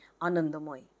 Anandamoy